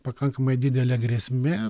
pakankamai didelė grėsmė